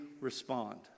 respond